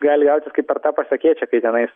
gali gautis kaip per tą pasakėčią kai tenais